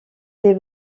des